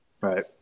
right